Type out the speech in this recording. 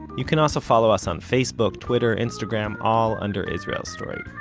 you can also follow us on facebook, twitter, instagram, all under israel story